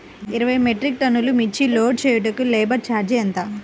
ఇరవై మెట్రిక్ టన్నులు మిర్చి లోడ్ చేయుటకు లేబర్ ఛార్జ్ ఎంత?